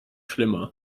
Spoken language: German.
schlimmer